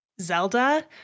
Zelda